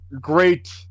great